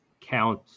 count